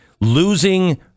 Losing